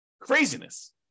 Craziness